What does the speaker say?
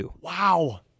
Wow